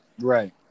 Right